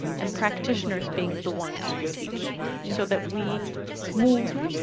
and practitioners being the ones who teach so that we move,